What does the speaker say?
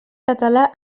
català